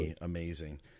amazing